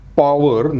power